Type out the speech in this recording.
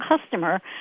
customer